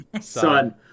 Son